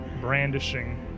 brandishing